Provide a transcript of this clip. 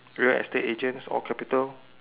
real estate agents all capital